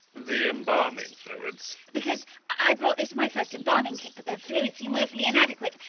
the embalming fluids? because i brought this my first embalming kit but the fluids seem woefully inadequate,